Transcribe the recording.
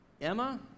Emma